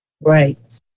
Right